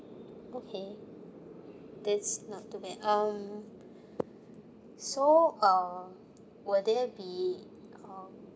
okay that's not too bad um so uh will there be um